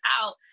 out